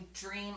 dream